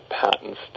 patents